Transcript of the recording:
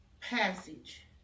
passage